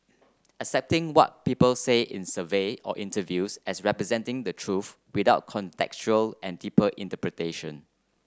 accepting what people say in survey or interviews as representing the truth without contextual and deeper interpretation